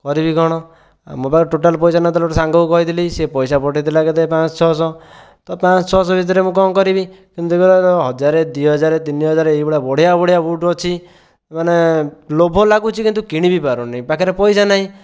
କରିବି କ'ଣ ମୋ ପାଖରେ ଟୋଟାଲ୍ ପଇସା ନ ଥିଲା ଗୋଟିଏ ସାଙ୍ଗକୁ କହିଥିଲି ସେ ପଇସା ପଠାଇଥିଲା କେତେ ପାଞ୍ଚଶହ ଛଅଶହ ତ ପାଞ୍ଚଶହ ଛଅଶହ ଭିତରେ ମୁଁ କ'ଣ କରିବି କିନ୍ତୁ ଦେଖିଲାବେଳ ହଜାର ଦୁଇ ହଜାର ତିନି ହଜାର ଏହିଭଳିଆ ବଢ଼ିଆ ବଢ଼ିଆ ବୁଟ୍ ଅଛି ମାନେ ଲୋଭ ଲାଗୁଛି କିନ୍ତୁ କିଣି ବି ପାରୁନି ପାଖରେ ପଇସା ନାହିଁ